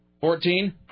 Fourteen